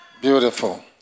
Beautiful